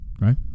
right